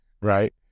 Right